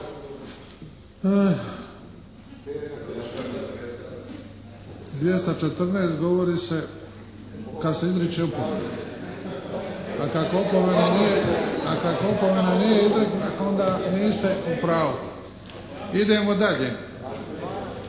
214. govori se kad se izriče opomena. A kad opomena nije izrečena onda niste u pravu. Idemo dalje.